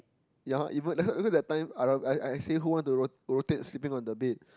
ya even that time I I actually who want to rotate sleeping on the bed